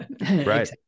right